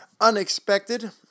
unexpected